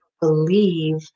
believe